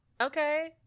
Okay